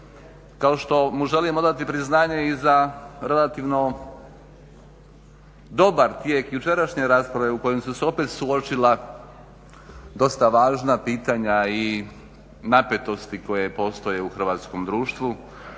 Kao što mu želim dodati priznanje i za relativno dobar tijek jučerašnje rasprave u kojoj su se opet suočila dosta važna pitanja i napetosti koje postoje u hrvatskom društvu,